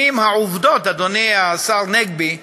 אם העובדות, אדוני השר נגבי,